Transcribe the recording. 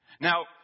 Now